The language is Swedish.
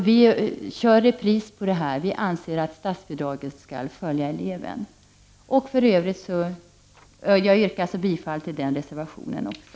Vi kör repris på det här: Vi anser att statsbidragen skall följa eleven. Jag yrkar alltså bifall till den reservationen också.